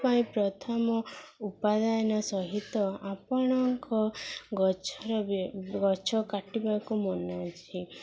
ପାଇଁ ପ୍ରଥମ ଉପାଦାନ ସହିତ ଆପଣଙ୍କ ଗଛର ବି ଗଛ କାଟିବାକୁ ମନା ଅଛି